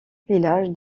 village